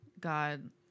God